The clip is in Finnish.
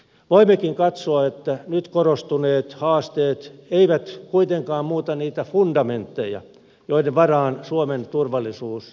voimmekin katsoa että nyt korostuneet haasteet eivät kuitenkaan muuta niitä fundamentteja joiden varaan suomen turvallisuus rakentuu